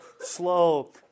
slow